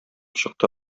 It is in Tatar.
чыкты